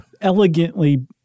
elegantly